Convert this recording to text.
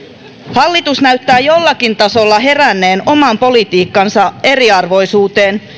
hallitus näyttää jollakin tasolla heränneen oman politiikkansa eriarvoisuuteen